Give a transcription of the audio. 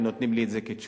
ונותנים לי את זה כתשובה.